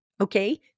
okay